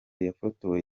yafotowe